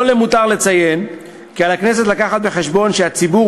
לא למותר לציין כי על הכנסת להביא בחשבון כי הציבור,